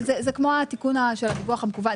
אבל זה כמו התיקון של הדיווח המקוון.